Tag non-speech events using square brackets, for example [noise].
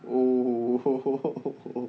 oh [laughs]